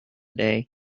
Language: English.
day